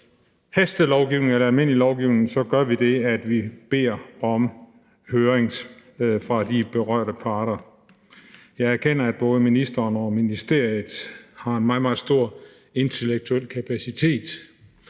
hastelovgivning eller almindelig lovgivning, gør vi det, at vi beder om høringer af de berørte parter. Jeg erkender, at både ministeren og ministeriet har en meget, meget stor intellektuel kapacitet,